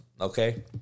okay